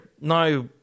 Now